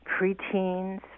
preteens